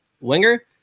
winger